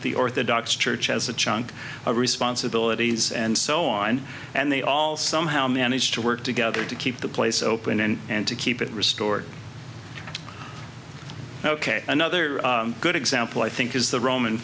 the orthodox church has a chunk of responsibilities and so on and they all somehow manage to work together to keep the place open and to keep it restored ok another good example i think is the roman